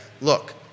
look